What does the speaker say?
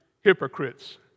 hypocrites